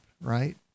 right